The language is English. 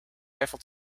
eiffel